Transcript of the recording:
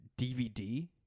DVD